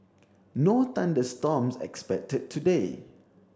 no thunder storms expected today